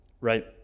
Right